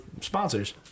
sponsors